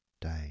day